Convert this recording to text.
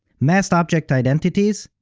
masked object identities?